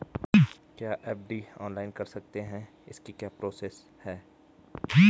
क्या FD online कर सकते हैं इसकी क्या प्रोसेस है?